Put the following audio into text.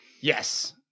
Yes